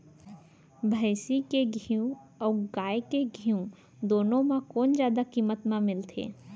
भैंसी के घीव अऊ गाय के घीव दूनो म कोन जादा किम्मत म मिलथे?